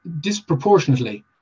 disproportionately